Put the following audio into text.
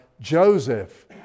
Joseph